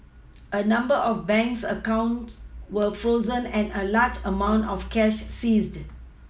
a number of banks accounts were frozen and a large amount of cash seized